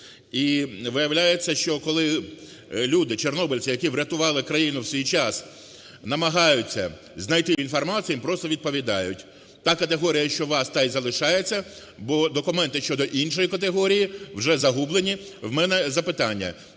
І, виявляється, що, коли люди, чорнобильці, які врятували країну в свій час, намагаються знайти цю інформацію, їм просто відповідають: "Та категорія, що у вас, та й залишається, бо документи щодо іншої категорії вже загублені". В мене запитання.